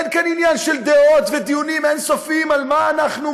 אין כאן עניין של דעות ודיונים אין-סופיים על מה אנחנו,